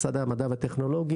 משרדי המדע והטכנולוגיה.